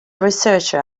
researcher